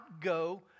go